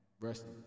Rest